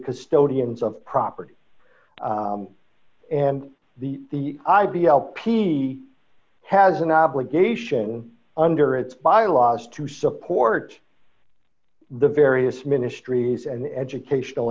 custodians of property and the the i b l p has an obligation under its by law to support the various ministries and educational